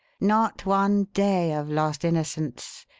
not one day of lost innocence,